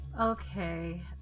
Okay